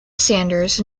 sanders